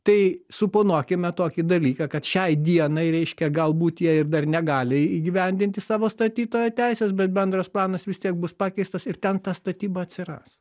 tai suponuokime tokį dalyką kad šiai dienai reiškia galbūt jie ir dar negali įgyvendinti savo statytojo teisės bet bendras planas vis tiek bus pakeistas ir ten ta statyba atsiras